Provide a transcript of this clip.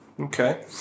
Okay